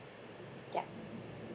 yup